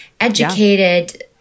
educated